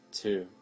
two